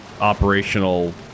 operational